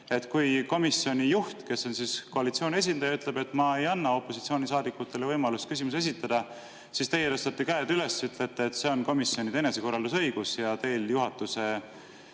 on. Kui komisjoni juht, kes on koalitsiooni esindaja, ütleb, et ta ei anna opositsioonisaadikutele võimalust küsimusi esitada, siis teie tõstate käed üles ja ütlete, et see on komisjonide enesekorraldusõigus ja teil juhatuse